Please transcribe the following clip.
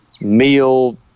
meal